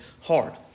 hard